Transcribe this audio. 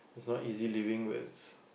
it's not easy living with